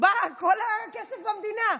בכל הכסף במדינה,